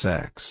Sex